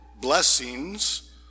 blessings